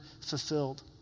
fulfilled